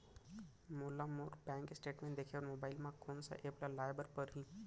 मोला मोर bank statement देखे बर मोबाइल मा कोन सा एप ला लाए बर परही?